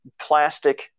plastic